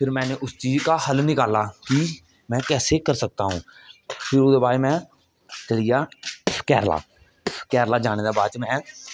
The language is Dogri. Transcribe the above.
फिर मैनें उस चीज का हल निकाला कि में कैसे कर सकता हूं फिर ओहदे बाद में चली गेआ केरला केरला जाने दे बाद में